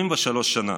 23 שנה.